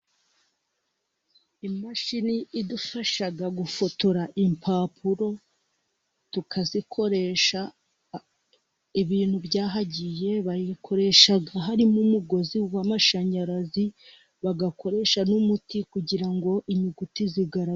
Imashini idufasha gufotora impapuro, tukazikoresha ibintu byahagiye, bayikoreshaga harimo umugozi w'mashanyarazi, bagakoresha n'umuti kugira ngo inyuguti zigaragare.